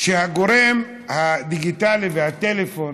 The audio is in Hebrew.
שהגורם הדיגיטלי והטלפון